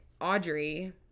audrey